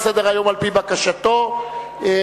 נמנעים.